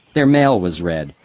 their mail was read,